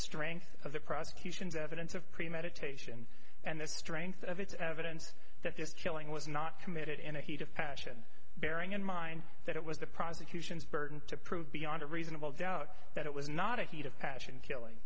strength of the prosecution's evidence of premeditation and the strength of its evidence that this chilling was not committed in a heat of passion bearing in mind that it was the prosecution's burden to prove beyond a reasonable doubt that it was not a heat of passion killing